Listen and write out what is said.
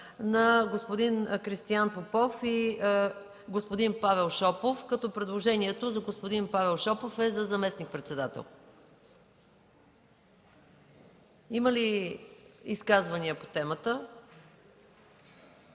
на господин Кристиян Димитров и господин Павел Шопов, като предложението за господин Павел Шопов е за заместник-председател. Има ли изказвания по темата?